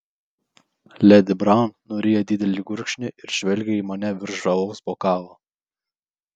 ledi braun nuryja didelį gurkšnį ir žvelgia į mane virš alaus bokalo